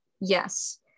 yes